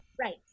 Right